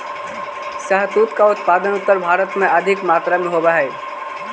शहतूत का उत्पादन उत्तर भारत में अधिक मात्रा में होवअ हई